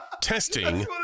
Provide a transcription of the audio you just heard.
testing